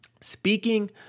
speaking